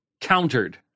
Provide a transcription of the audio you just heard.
countered